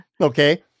Okay